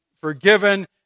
forgiven